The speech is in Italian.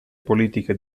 politiche